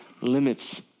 limits